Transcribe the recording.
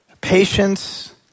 patience